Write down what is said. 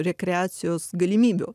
rekreacijos galimybių